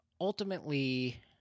ultimately